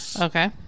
okay